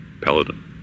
paladin